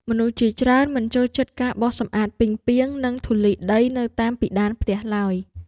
មនុស្សជាច្រើនមិនចូលចិត្តការបោសសម្អាតពីងពាង និងធូលីដីនៅតាមពិដានផ្ទះឡើយ។